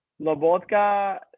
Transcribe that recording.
Lobotka